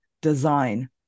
design